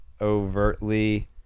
overtly